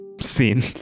Scene